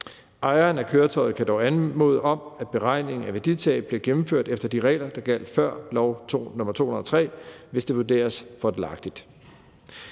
Ejeren af køretøjet kan dog anmode om, at beregninger af værditab bliver gennemført efter de regler, der gjaldt før lov nr. 203, hvis det vurderes fordelagtigt.